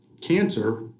cancer